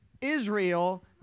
Israel